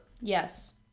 Yes